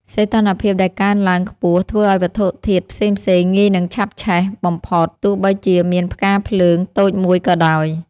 សីតុណ្ហភាពដែលកើនឡើងខ្ពស់ធ្វើឱ្យវត្ថុធាតុផ្សេងៗងាយនឹងឆាប់ឆេះបំផុតទោះបីជាមានផ្កាភ្លើងតូចមួយក៏ដោយ។